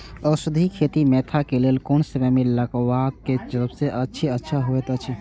औषधि खेती मेंथा के लेल कोन समय में लगवाक सबसँ बेसी अच्छा होयत अछि?